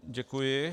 Děkuji.